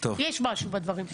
יש משהו בדברים שלי...